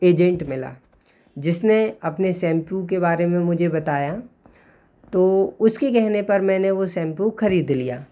agent मिला जिसने अपने शैम्पू के बारे में मुझे बताया तो उसके केहने पर मैंने वो शैम्पू खरीद लिया